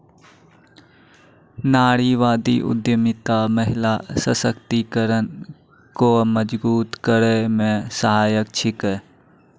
नारीवादी उद्यमिता महिला सशक्तिकरण को मजबूत करै मे सहायक छिकै